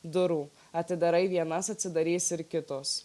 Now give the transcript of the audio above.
durų atidarai vienas atsidarys ir kitos